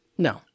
No